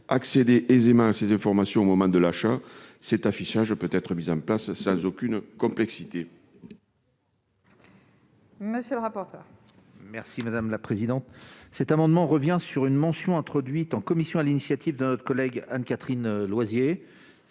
accéder aisément à ces informations au moment de l'achat. Un affichage traditionnel peut être mis en place sans aucune complexité.